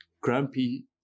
grumpy